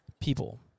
people